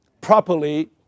properly